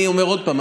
אני אומר עוד פעם,